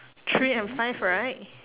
three and five right